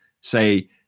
say